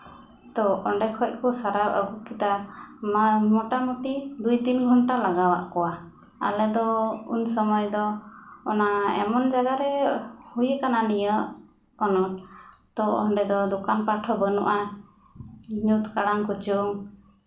ᱛᱚ ᱚᱸᱰᱮ ᱠᱷᱚᱱ ᱠᱚ ᱥᱟᱨᱟᱣ ᱟᱹᱜᱩ ᱠᱮᱫᱟ ᱢᱟ ᱢᱚᱴᱟᱢᱩᱴᱤ ᱫᱩᱭ ᱛᱤᱱ ᱜᱷᱚᱱᱴᱟ ᱞᱟᱜᱟᱣᱟᱜ ᱠᱚᱣᱟ ᱟᱞᱮ ᱫᱚ ᱩᱱ ᱥᱚᱢᱚᱭ ᱫᱚ ᱚᱱᱟ ᱮᱢᱚᱱ ᱡᱟᱭᱜᱟ ᱨᱮ ᱦᱩᱭᱟᱠᱟᱱᱟ ᱱᱤᱭᱟᱹ ᱟᱱᱟᱴ ᱛᱚ ᱚᱸᱰᱮ ᱫᱚ ᱫᱚᱠᱟᱱ ᱯᱟᱴᱷ ᱦᱚᱸ ᱵᱟᱹᱱᱩᱜᱼᱟ ᱧᱩᱛ ᱠᱟᱲᱟᱝ ᱠᱩᱪᱩᱝ